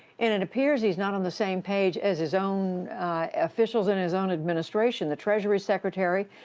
and it appears he's not on the same page as his own officials in his own administration. the treasury secretary,